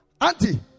Auntie